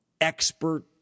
expert